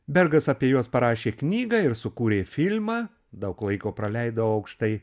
bergas apie juos parašė knygą ir sukūrė filmą daug laiko praleido aukštai